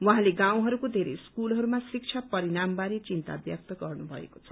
उहाँले गाउँहरूको घेरै स्कूलहरूमा शिक्षा परिणाम बारे चिन्ता व्यक्त गर्नुभएको छ